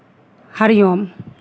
Hari Om